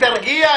תרגיע,